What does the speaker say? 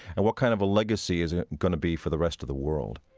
and what kind of a legacy is it going to be for the rest of the world?